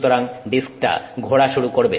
সুতরাং ডিস্কটা ঘোরা শুরু করবে